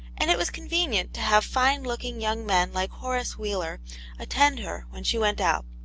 and it was convenient to have fine-looking young men like horace wheeler attend her when she went out.